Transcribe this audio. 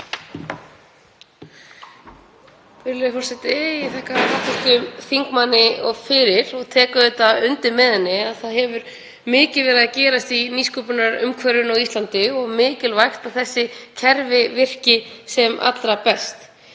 forseti. Ég þakka hv. þingmanni fyrir og tek auðvitað undir með henni að það hefur mikið verið að gerast í nýsköpunarumhverfi á Íslandi og mikilvægt að þessi kerfi virki sem allra best.